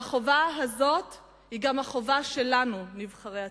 והחובה הזאת היא גם החובה שלנו, נבחרי הציבור.